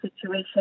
situation